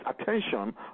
attention